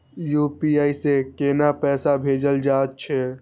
UPI से केना पैसा भेजल जा छे?